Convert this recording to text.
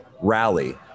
rally